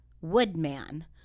Woodman